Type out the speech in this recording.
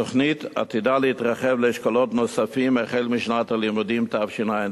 התוכנית עתידה להתרחב לאשכולות נוספים החל משנת הלימודים תשע"ד.